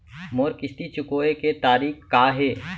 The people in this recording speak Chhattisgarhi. मोर किस्ती चुकोय के तारीक का हे?